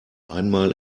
einmal